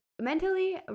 mentally